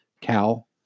Cal